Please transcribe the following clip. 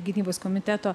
gynybos komiteto